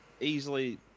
easily